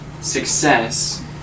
success